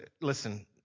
listen